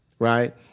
Right